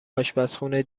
اشپزخونه